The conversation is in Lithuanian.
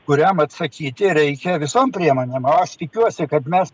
kuriam atsakyti reikia visom priemonėm o aš tikiuosi kad mes